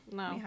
no